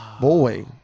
Boy